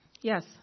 Yes